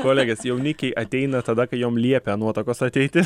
kolegės jaunikiai ateina tada kai jom liepia nuotakos ateiti